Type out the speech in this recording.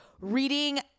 reading